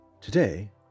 Today